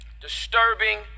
disturbing